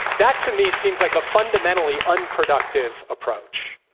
that, to me, seems like a fundamentally unproductive approach.